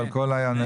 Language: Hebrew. ועל כל האזרחים,